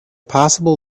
possible